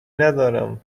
ندارم